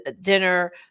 dinner